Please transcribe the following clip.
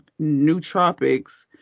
nootropics